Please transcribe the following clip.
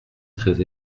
très